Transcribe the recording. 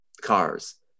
cars